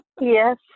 Yes